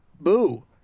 boo